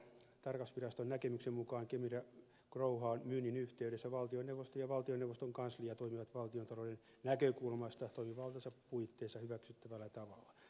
tarkastusviraston näkemyksen mukaan kemira growhown myynnin yhteydessä valtioneuvosto ja valtioneuvoston kanslia toimivat valtiontalouden näkökulmasta toimivaltansa puitteissa hyväksyttävällä tavalla